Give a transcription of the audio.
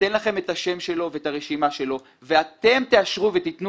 ייתן לכם את שמו ואת הרשימה שלו ואתם תאשרו ותתנו